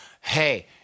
Hey